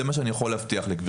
זה מה שאני יכול להבטיח לגבירתי.